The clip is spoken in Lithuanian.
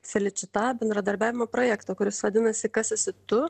feličita bendradarbiavimo projektą kuris vadinasi kas esi tu